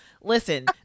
Listen